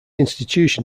institution